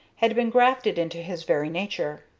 had been grafted into his very nature.